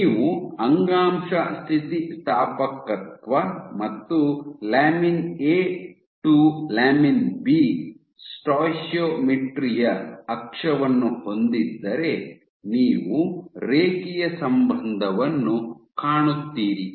ನೀವು ಅಂಗಾಂಶ ಸ್ಥಿತಿಸ್ಥಾಪಕತ್ವ ಮತ್ತು lamin A to lamin B stoichiometry ಯ ಅಕ್ಷವನ್ನು ಹೊಂದಿದ್ದರೆ ನೀವು ರೇಖೀಯ ಸಂಬಂಧವನ್ನು ಕಾಣುತ್ತೀರಿ